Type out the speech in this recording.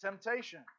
temptation